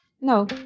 No